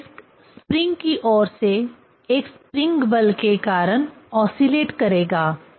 यह disk spring की ओर से एक स्प्रिंग बल के कारण ओसीलेट करेगा